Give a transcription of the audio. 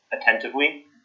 attentively